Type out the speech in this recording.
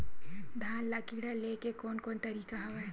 धान ल कीड़ा ले के कोन कोन तरीका हवय?